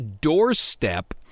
doorstep